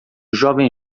jovem